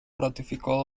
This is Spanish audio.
ratificó